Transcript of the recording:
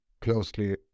closely